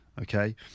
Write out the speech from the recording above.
Okay